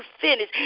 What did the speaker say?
finish